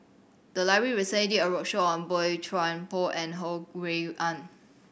the library recently did a roadshow on Boey Chuan Poh and Ho Rui An